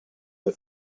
bei